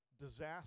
disaster